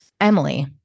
Emily